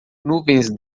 nuvens